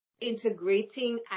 integrating